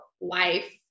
life